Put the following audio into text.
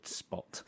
spot